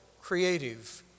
creative